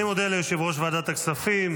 אני מודה ליושב-ראש ועדת הכספים.